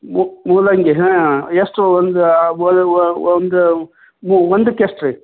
ಮೂ ಮೂಲಂಗಿ ಹಾಂ ಎಷ್ಟು ಒಂದು ಒಂದು ಒಂದಕ್ಕೆ ಎಷ್ಟು ರೀ